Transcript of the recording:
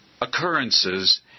occurrences